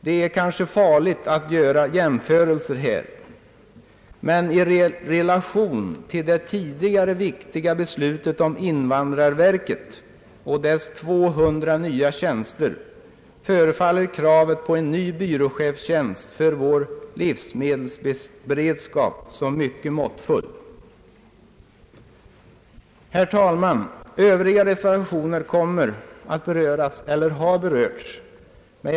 Det är kanske farligt att göra jämförelser här, men i relation till det tidigare fattade beslutet om invandrarverket och dess 200 nya tjänster framstår kravet på en ny byråchefstjänst för vår livsmedelsberedskap som mycket måttfullt. Herr talman! Övriga reservationer kommer att beröras eller har berörts av andra.